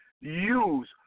use